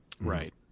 Right